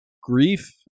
grief